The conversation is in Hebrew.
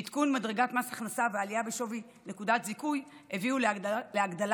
ועדכון מדרגת מס הכנסה ועלייה בשווי נקודת זיכוי הביאו להגדלת